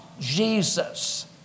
Jesus